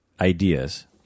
ideas